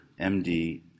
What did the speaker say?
MD